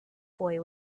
boy